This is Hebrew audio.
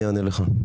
אני אענה לך.